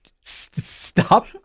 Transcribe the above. Stop